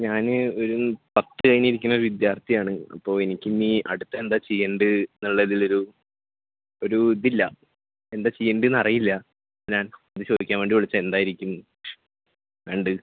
ഞാൻ ഒരു പത്തു കഴിഞ്ഞിരിക്കുന്ന വിദ്യാർത്ഥിയാണ് അപ്പോൾ എനിക്കിനി അടുത്ത എന്താ ചെയ്യേണ്ടത് എന്നുള്ളതിലൊരു ഒരു ഇതില്ലാ എന്താ ചെയ്യേണ്ടതെന്ന് അറിയില്ല ഞാൻ ഒന്ന് ചോദിക്കുവാൻ വേണ്ടി വിളിച്ചതാണ് എന്തായിരിക്കും രണ്ട്